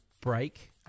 break